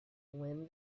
when